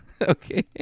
Okay